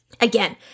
Again